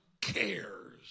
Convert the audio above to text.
cares